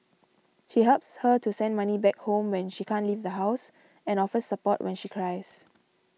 she helps her to send money back home when she can't leave the house and offers support when she cries